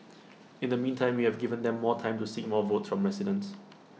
in the meantime we have given them more time to seek more votes from residents